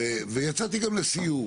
ויצאתי גם לסיור,